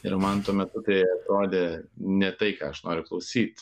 ir man tuo metu tai atrodė ne tai ką aš noriu klausyt